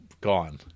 gone